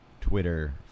Twitter